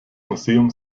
museum